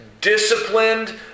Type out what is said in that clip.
disciplined